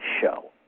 show